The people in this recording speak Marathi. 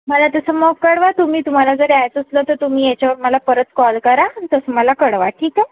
मला तसं मग कळवा तुम्ही तुम्हाला जर यायचं असलं तर तुम्ही याच्यावर मला परत कॉल करा तसं मला कळवा ठीक आहे